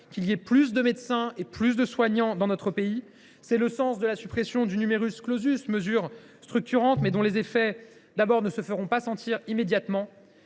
qu’il y ait plus de médecins et plus de soignants dans notre pays. C’est le sens de la suppression du, mesure structurante, mais dont les effets ne se feront pas ressentir immédiatement.